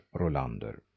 Rolander